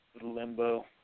Limbo